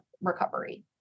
recovery